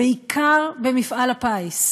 בעיקר במפעל הפיס,